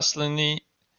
rastliny